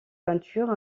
peintures